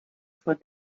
von